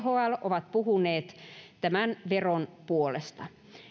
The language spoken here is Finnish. ovat puhuneet tämän veron puolesta